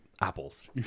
apples